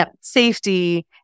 safety